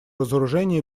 разоружения